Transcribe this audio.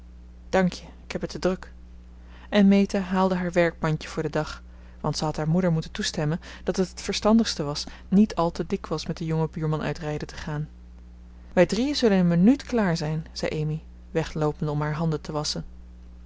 dank je ik heb het te druk en meta haalde haar werkmandje voor den dag want ze had haar moeder moeten toestemmen dat het t verstandigste was niet al te dikwijls met den jongen buurman uit rijden te gaan wij drieën zullen in een minuut klaar zijn zei amy wegloopende om haar handen te wasschen